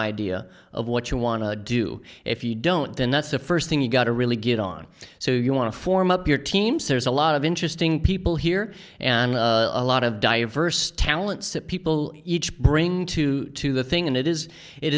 idea of what you want to do if you don't then that's the first thing you've got to really get on so you want to form up your teams there's a lot of interesting people here and a lot of diverse talents that people each bring to the thing and it is it